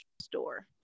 store